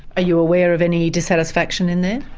are you aware of any dissatisfaction in there?